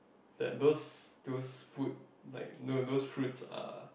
that those those fruit like those those fruit are